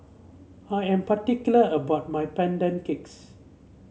I am particular about my Pandan Cakes